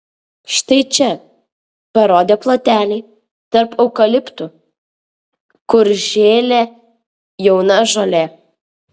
štai čia parodė plotelį tarp eukaliptų kur žėlė jauna žolė